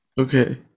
Okay